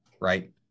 right